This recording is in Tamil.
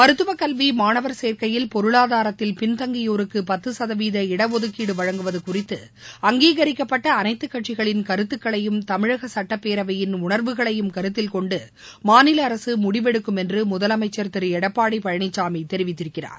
மருத்துவ கல்வி மாணவர் சேர்க்கையில் பொருளாதாரத்தில் பின்தங்கியோருக்கு பத்து சதவீத இடஒதுக்கீடு வழங்குவது குறித்து அங்கீகரிக்கப்பட்ட அனைத்து கட்சிகளின் கருத்துக்களையும் தமிழக சட்டப்பேரவையின் உணர்வுகளையும் கருத்தில் கொண்டு மாநில அரசு முடிவெடுக்கும் என்று முதலமைச்சர் திரு எடப்பாடி பழனிசாமி தெரிவித்திருக்கிறார்